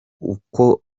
ukwo